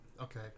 okay